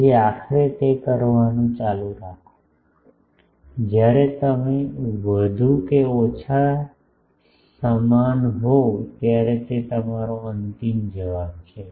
તેથી આખરે તે કરવાનું ચાલુ રાખો જ્યારે તમે વધુ કે ઓછા સમાન હોવ ત્યારે તે તમારો અંતિમ જવાબ છે